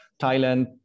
Thailand